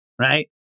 right